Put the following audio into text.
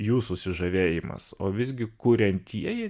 jų susižavėjimas o visgi kuriantieji